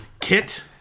Kit